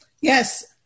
Yes